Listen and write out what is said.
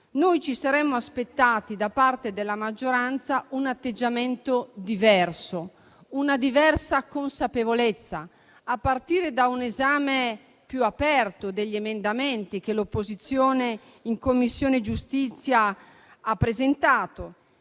noi ci saremmo aspettati, da parte della maggioranza, un atteggiamento diverso, una diversa consapevolezza, a partire da un esame più aperto degli emendamenti che l'opposizione in Commissione giustizia ha presentato.